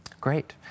Great